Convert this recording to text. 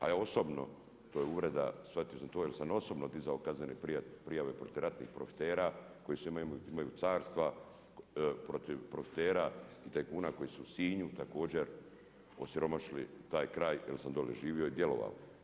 A i osobno to je uvreda, shvatio sam to jer sam osobno dizao kaznene prijave protiv ratnih profitera koji imaju carstva, protiv profitera i tajkuna koji su u Sinju također osiromašili taj kraj jer sam dole živio i djelovao.